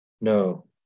no